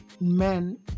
men